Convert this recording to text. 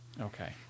Okay